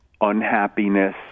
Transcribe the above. unhappiness